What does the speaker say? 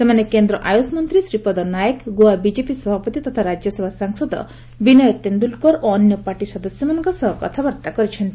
ସେମାନେ କେନ୍ଦ୍ର ଆୟୁଷ ମନ୍ତ୍ରୀ ଶ୍ରୀପଦ ନାଏକ ଗୋଆ ବିକେପି ସଭାପତି ତଥା ରାଜ୍ୟସଭା ସାଂସଦ ବିନୟ ତେନ୍ଦୁଲ୍କର ଓ ଅନ୍ୟ ପାର୍ଟି ସଦସ୍ୟମାନଙ୍କ ସହ କଥାବାର୍ତ୍ତା କରିଛନ୍ତି